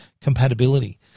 compatibility